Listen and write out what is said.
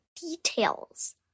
details